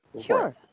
Sure